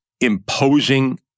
imposing